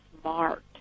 smart